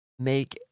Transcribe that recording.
make